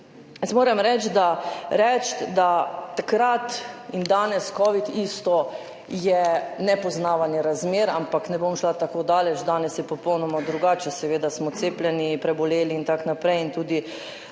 da je covid takrat in danes isto, nepoznavanje razmer, ampak ne bom šla tako daleč. Danes je popolnoma drugače. Seveda smo cepljeni, preboleli in tako naprej in tudi